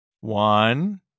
One